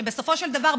שבסופו של דבר,